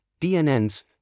DNNs